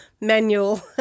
Manual